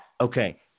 Okay